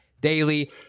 Daily